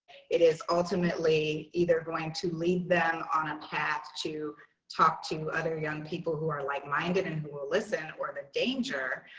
it is ultimately either going to lead them on a path to talk to other young people who are like minded and who will listen or the in danger.